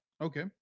Okay